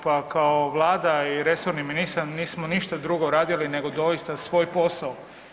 Pa kao vlada i resorni ministar nismo ništa drugo radili nego doista svoj posao.